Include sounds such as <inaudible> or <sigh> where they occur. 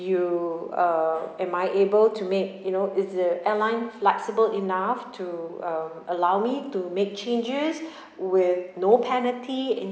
you uh am I able to make you know is the airline flexible enough to um allow me to make changes <breath> with no penalty